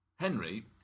Henry